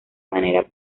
manera